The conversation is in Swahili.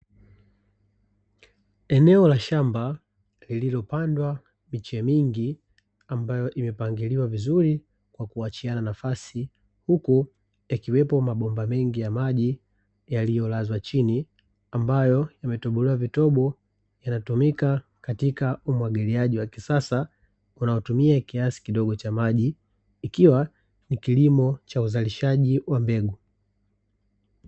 Eneo la shamba lililopandwa ambayo imepangiliwa vizuri kwa kuachiana nafasi huku yakiwepo mabomba mengi ya maji yaliyolazwa chini ambayo yametobolewa vitabu vinatumika katika umwagiliaji wa kisasa unaotumia kiasi kidogo cha maji ikiwa ni kilimo cha uzalishaji wa mbegu